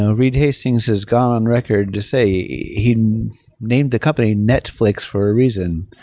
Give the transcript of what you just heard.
ah reed hastings has got on record to say he named the company netflix for a reason.